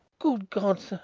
good god, sir!